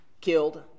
killed